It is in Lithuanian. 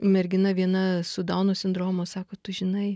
mergina viena su dauno sindromu sako tu žinai